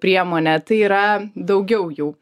priemonė tai yra daugiau jau